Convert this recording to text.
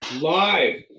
Live